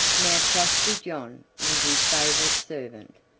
now trusty john was his favorite servant,